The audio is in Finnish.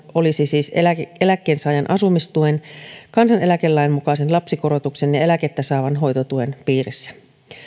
olisi siis eläkkeensaajan asumistuen kansaneläkelain mukaisen lapsikorotuksen ja eläkettä saavan hoitotuen piirissä